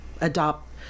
adopt